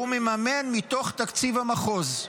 שהוא מממן מתוך תקציב המחוז.